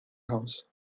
house